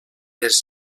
les